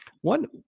One